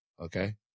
okay